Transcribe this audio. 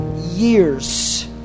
years